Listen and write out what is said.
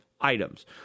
items